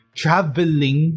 traveling